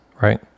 right